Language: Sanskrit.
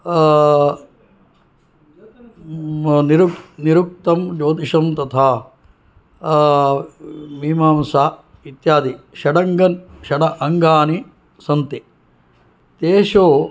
निरुक्तं ज्योतिषं तथा मीमांसा इत्यादि षड् अङ्गानि सन्ति तेषु